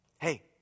Hey